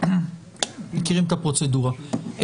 מכירים את הפרוצדורה.